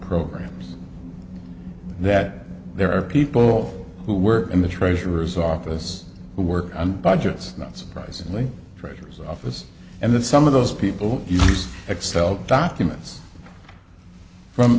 programs that there are people who work in the treasurer's office who work on projects not surprisingly freighters office and that some of those people use excel documents from